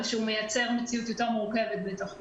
ושהוא מייצר מציאות יותר מורכבת בתוך זה.